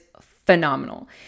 phenomenal